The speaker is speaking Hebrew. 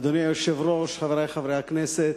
אדוני היושב-ראש, חברי חברי הכנסת,